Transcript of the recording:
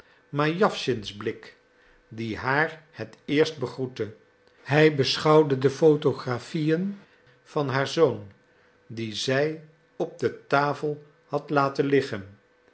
maar jawschins blik die haar het eerst begroette hij beschouwde de photographieën van haar zoon die zij op de tafel had laten liggen